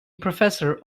professor